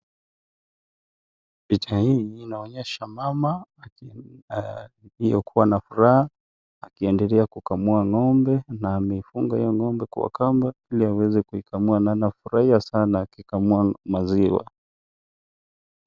Picha hii inaonyesha mama aliyekuwa na furaha akiendela kukamua ng'ombe na amefunga hiyo n'ombe kwa kamba ili aweze kukamua na anafurahia sana akikamua maziwa.